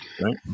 Right